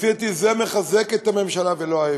לפי דעתי זה מחזק את הממשלה, ולא ההפך.